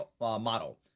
model